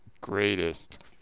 greatest